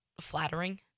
flattering